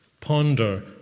Ponder